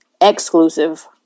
exclusive